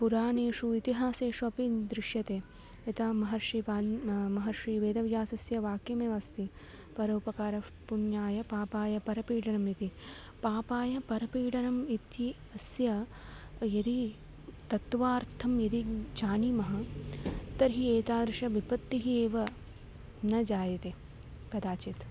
पुराणेषु इतिहासेषु अपि दृश्यते यथा महर्षिः वाल् महर्षैः वेदव्यासस्य वाक्यमेव अस्ति परोपकारःपुण्याय पापाय परपीडनम् इति पापाय परपीडनम् इति अस्य यदि तत्त्वार्थं यदि जानीमः तर्हि एतादृशविपत्तिः एव न जायते कदाचित्